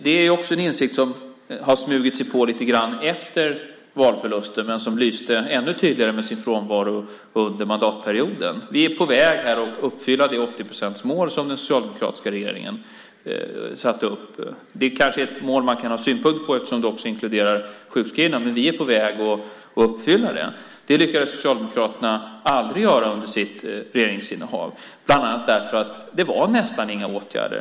Det är en insikt som har smugit sig på lite grann efter valförlusten. Den lyste ännu tydligare med sin frånvaro under mandatperioden. Vi är på väg att uppfylla det 80-procentsmål som den socialdemokratiska regeringen satte upp. Det är ett mål som man kan ha synpunkter på eftersom det också inkluderar sjukskrivna, men vi är på väg att uppfylla det. Det lyckades aldrig Socialdemokraterna göra under sitt regeringsinnehav bland annat därför att det nästan inte vidtogs några åtgärder.